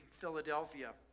Philadelphia